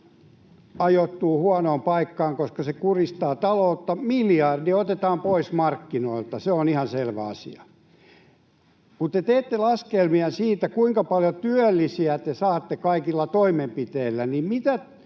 ajoittuu huonoon paikkaan, koska se kuristaa taloutta — miljardi otetaan pois markkinoilta, se on ihan selvä asia. Kun te teette laskelmia siitä, kuinka paljon työllisiä te saatte kaikilla toimenpiteillä, niin mitä